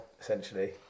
essentially